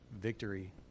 victory